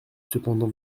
cependant